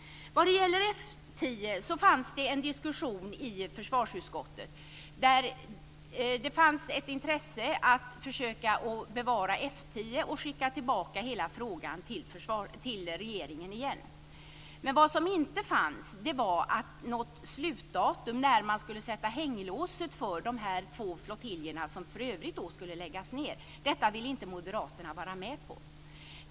När det gäller F 10 var det en diskussion i försvarsutskottet där det fanns ett intresse att försöka bevara F 10 och skicka tillbaka hela frågan till regeringen. Men vad som inte fanns var något slutdatum när man så att säga skulle sätta hänglåset för dessa två flottiljer som för övrigt skulle läggas ned. Detta ville inte moderaterna vara med om.